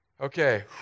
Okay